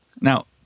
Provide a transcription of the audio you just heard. Now